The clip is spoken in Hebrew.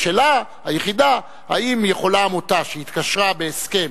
השאלה היחידה היא האם יכולה עמותה שהתקשרה בהסכם,